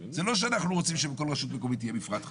זה לא שאנחנו רוצים שבכל רשות מקומית יהיה מפרט חדש.